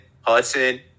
Hudson